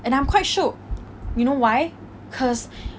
and I'm quite shooked you know why cause